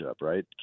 right